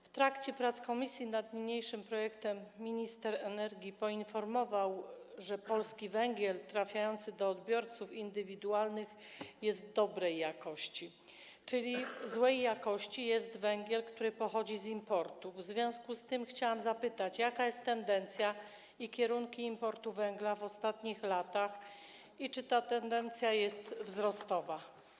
W trakcie prac komisji nad niniejszym projektem minister energii poinformował, że polski węgiel trafiający do odbiorców indywidualnych jest dobrej jakości, czyli złej jakości jest węgiel, który pochodzi z importu, w związku z tym chciałam zapytać, jaka jest tendencja w imporcie węgla w ostatnich latach i jakie są jego kierunki, i czy ta tendencja jest wzrostowa.